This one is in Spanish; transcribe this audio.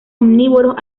omnívoros